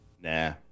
nah